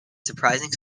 surprising